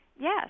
Yes